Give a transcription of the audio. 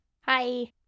Hi